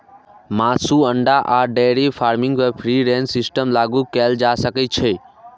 मासु, अंडा आ डेयरी फार्मिंग पर फ्री रेंज सिस्टम लागू कैल जा सकै छै